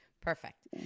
Perfect